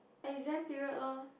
exam period loh